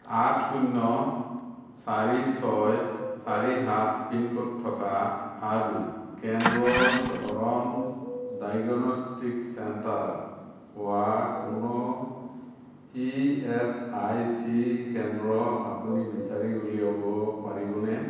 আঠ শূন্য চাৰি ছয় চাৰি সাত পিনক'ড থকা আৰু কেন্দ্ৰৰ ধৰণ ডায়গনষ্টিক চেণ্টাৰ হোৱা কোনো ই এচ আই চি কেন্দ্ৰ আপুনি বিচাৰি উলিয়াব পাৰিবনে